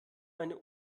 meine